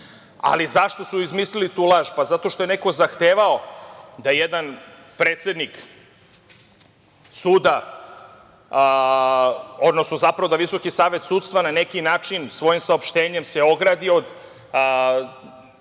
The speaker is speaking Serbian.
Ali, zašto su izmislili tu laž? Pa, zato što je neko zahtevao da jedan predsednik suda, odnosno, zapravo da VSS na neki način svojim saopštenjem se ogradi od